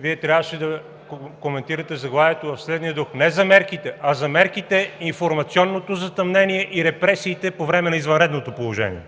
Вие трябваше да коментирате заглавието в следния дух – не за мерките, а за мерките, информационното затъмнение и репресиите по време на извънредното положение.